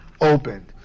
opened